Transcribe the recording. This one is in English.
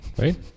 right